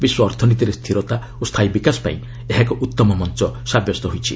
ବିଶ୍ୱ ଅର୍ଥନୀତିରେ ସ୍ଥିରତା ଓ ସ୍ଥାୟୀ ବିକାଶ ପାଇଁ ଏହା ଏକ ଉତ୍ତମ ମଞ୍ଚ ସାବ୍ୟସ୍ତ ହୋଇଛି